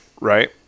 right